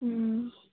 अँ